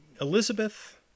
Elizabeth